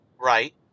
right